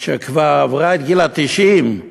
שכבר עברה את גיל ה-90,